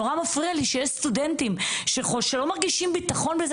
נורא מפריע לי שיש סטודנטים שלא מרגישים ביטחון כאשר